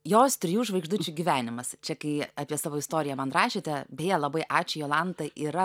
jos trijų žvaigždučių gyvenimas čia kai apie savo istoriją man rašėte beje labai ačiū jolanta yra